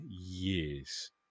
years